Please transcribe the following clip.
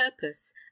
purpose